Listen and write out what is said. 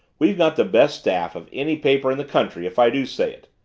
we've got the best staff of any paper in the country, if i do say it.